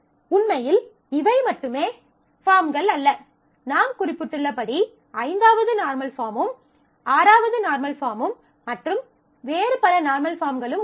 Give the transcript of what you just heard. உண்மையில் இவை மட்டுமே பாஃர்ம்கள் அல்ல நாம் குறிப்பிட்டுள்ளபடி ஐந்தாவது நார்மல் பாஃர்மும் 6th நார்மல் பாஃர்மும் மற்றும் வேறு பல நார்மல் பாஃர்ம்களும் உள்ளன